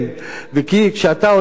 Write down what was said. וכשאתה הולך לבדוק,